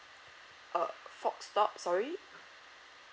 uh stop sorry